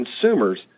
consumers